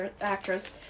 actress